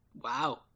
Wow